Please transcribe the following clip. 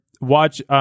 watch